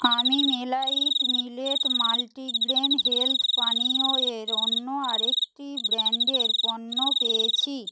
আমি মেলাইট millet multigrain health পানীয় এর অন্য আরেকটি ব্র্যান্ডের পণ্য পেয়েছি